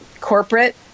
corporate